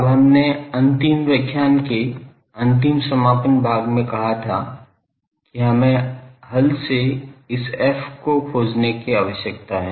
अब हमने अंतिम व्याख्यान के अंतिम समापन भाग में कहा था कि हमें हल से इस f को खोजने की आवश्यकता है